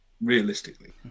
realistically